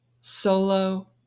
solo